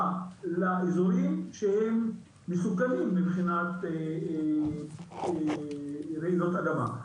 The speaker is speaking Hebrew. לאזורים שהם מסוכנים מבחינת רעידות אדמה.